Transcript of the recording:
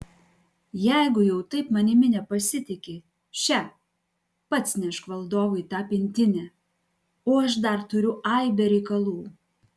jeigu jau taip manimi nepasitiki še pats nešk valdovui tą pintinę o aš dar turiu aibę reikalų